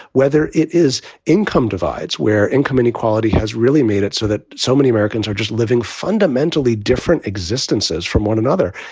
whether it is income divides where income inequality has really made it so that so many americans are just living fundamentally different existences from one another.